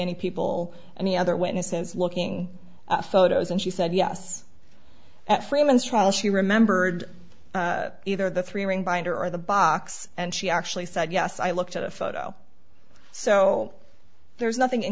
any people any other witnesses looking at photos and she said yes at freeman's trial she remembered either the three ring binder or the box and she actually said yes i looked at the photo so there's nothing